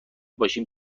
باشیم